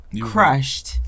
crushed